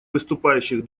выступающих